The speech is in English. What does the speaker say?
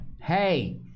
hey